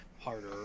harder